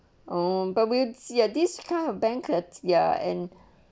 oh but we see this kind of bankers ya and